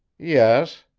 yes.